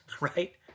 right